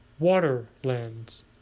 Waterlands